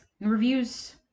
Reviews